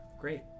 Great